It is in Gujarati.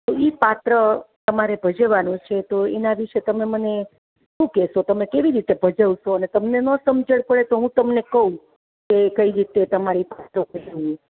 તો એ પાત્ર તમારે ભજવવાનું છે તો એના વિશે તમે મને શું કહેશો તમે કેવી રીતે ભજવશો અને તમને ન સમજણ પડે તો હું તમને કહું કે કઈ રીતે તમારે એ પાત્ર ભજવવાનું